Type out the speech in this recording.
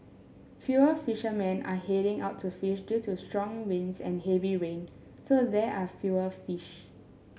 fewer fishermen are heading out to fish due to strong winds and heavy rain so there are fewer fish